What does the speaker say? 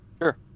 Sure